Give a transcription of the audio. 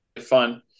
fun